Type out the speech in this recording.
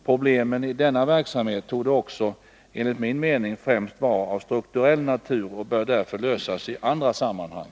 Problemen i denna verksamhet torde också enligt min mening främst vara av strukturell natur och bör därför lösas i andra sammanhang.